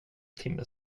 timme